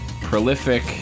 Prolific